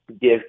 give